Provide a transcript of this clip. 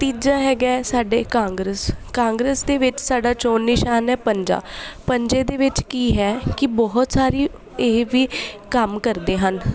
ਤੀਜਾ ਹੈਗਾ ਸਾਡੇ ਕਾਂਗਰਸ ਕਾਂਗਰਸ ਦੇ ਵਿੱਚ ਸਾਡਾ ਚੋਣ ਨਿਸ਼ਾਨ ਹੈ ਪੰਜਾ ਪੰਜੇ ਦੇ ਵਿੱਚ ਕੀ ਹੈ ਕਿ ਬਹੁਤ ਸਾਰੀ ਇਹ ਵੀ ਕੰਮ ਕਰਦੇ ਹਨ